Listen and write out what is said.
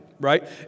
right